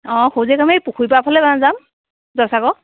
অ খোজহে কাঢ়িম এই পুখুৰী পাৰৰ ফালে যাম জয়সাগৰ